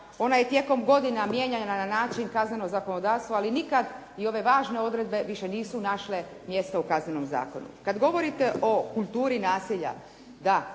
Ona je tijekom godina mijenjana na načina kaznenog zakonodavstva, ali nikada i ove važne odredbe više nisu našle mjesto u Kaznenom zakonu. Kad govorite o kulturi nasilja